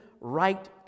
right